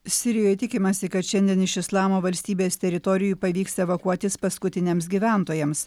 sirijoje tikimasi kad šiandien iš islamo valstybės teritorijų pavyks evakuotis paskutiniams gyventojams